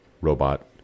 robot